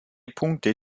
punkte